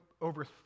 over